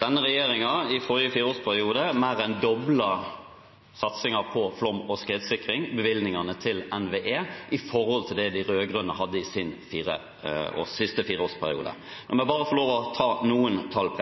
Denne regjeringen mer enn doblet satsingen på flom- og skredsikring og bevilgningene til NVE i forrige fireårsperiode i forhold til det de rød-grønne gjorde i sin siste fireårsperiode. La meg bare få lov til å nevne noen tall.